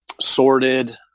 sorted